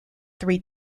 three